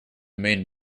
main